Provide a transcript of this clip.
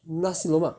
nasi lemak